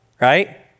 right